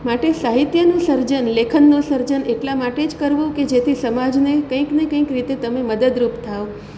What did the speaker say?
માટે સાહિત્યનું સર્જન લેખનનું સર્જન એટલા માટે જ કરવું કે જેથી સમાજને કંઈક ને કંઈક રીતે તમે મદદરૂપ થાઓ